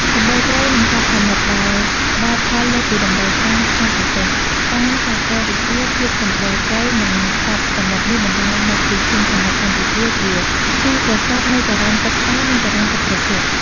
សម្បូរត្រី និងសត្វសមុទ្រ ដែលផ្តល់ផលលើសពីតម្រូវការក្នុងប្រទេស។ តាមសាគរវិទ្យា ភាពសម្បូរត្រី និងសត្វសមុទ្រនេះបណ្តាលមកពីឈូងសមុទ្រកម្ពុជាជា ទីប្រសព្វនៃចរន្តទឹកក្តៅ និងចរន្តទឹកត្រជាក់។